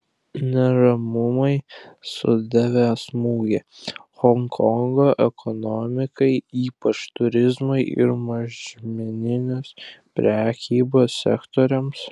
neramumai sudavė smūgį honkongo ekonomikai ypač turizmui ir mažmeninės prekybos sektoriams